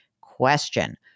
Question